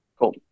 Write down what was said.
Cool